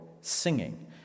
singing